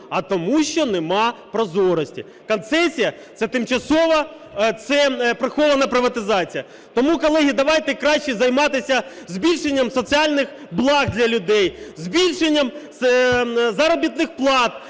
А тому що немає прозорості. Концесія – це тимчасова… це прихована приватизація. Тому, колеги, давайте краще займатися збільшенням соціальних благ для людей, збільшенням заробітних плат,